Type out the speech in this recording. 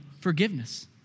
forgiveness